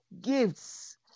gifts